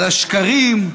על השקרים,